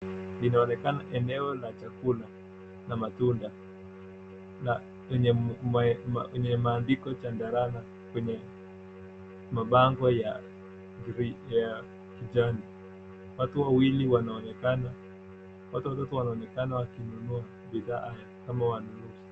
Inaonekana eneo la chakula na matunda na yenye maandiko Chandarana kwenye mabango ya kijani. Watu watatu wanaonekana wakinunua bidhaa haya kama wanunuzi.